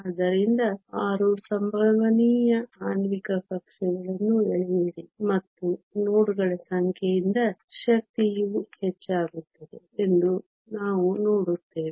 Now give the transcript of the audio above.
ಆದ್ದರಿಂದ 6 ಸಂಭವನೀಯ ಆಣ್ವಿಕ ಕಕ್ಷೆಗಳನ್ನು ಎಳೆಯಿರಿ ಮತ್ತು ನೋಡ್ಗಳ ಸಂಖ್ಯೆಯಿಂದ ಶಕ್ತಿಯು ಹೆಚ್ಚಾಗುತ್ತದೆ ಎಂದು ನಾವು ನೋಡುತ್ತೇವೆ